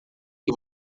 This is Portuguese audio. que